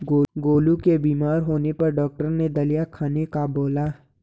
गोलू के बीमार होने पर डॉक्टर ने दलिया खाने का बोला